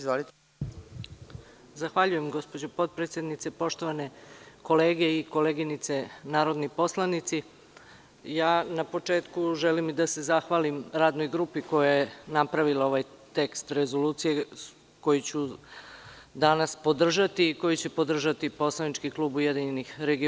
Zahvaljujem gospođo potpredsednice, poštovane kolege i koleginice, narodni poslanici, na početku želim da se zahvalim radnoj grupi koja je napravila ovaj tekst rezolucije, koji će podržati poslanički klub URS.